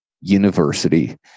University